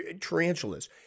tarantulas